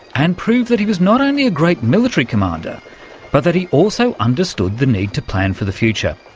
and proved that he was not only a great military commander but that he also understood the need to plan for the future.